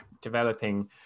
developing